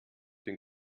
den